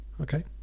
Okay